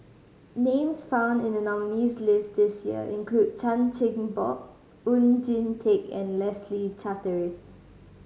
names found in the nominees' list this year include Chan Chin Bock Oon Jin Teik and Leslie Charteris